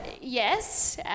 Yes